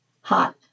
Hot